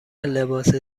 لباس